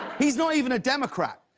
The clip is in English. he's not even a democrat.